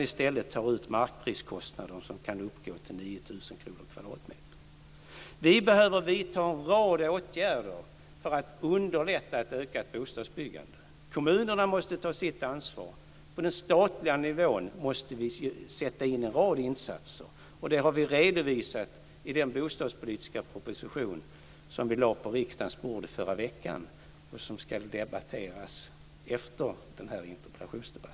I stället tar de ut markpriskostnader som kan uppgå till 9 000 kr per kvadratmeter. Vi behöver vidta en rad åtgärder för att underlätta ett ökat bostadsbyggande. Kommunerna måste ta sitt ansvar. Vi måste sätta in en rad insatser på den statliga nivån. Det har vi redovisat i den bostadspolitiska proposition vi lade på riksdagens bord i förra veckan, som ska tas upp efter denna interpellationsdebatt.